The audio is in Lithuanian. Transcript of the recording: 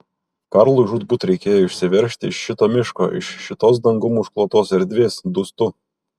karlui žūtbūt reikėjo išsiveržti iš šito miško iš šitos dangum užklotos erdvės dūstu